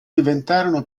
diventarono